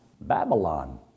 Babylon